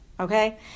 Okay